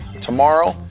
Tomorrow